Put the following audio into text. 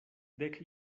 dek